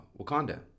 Wakanda